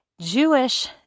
Jewish